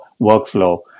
workflow